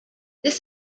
this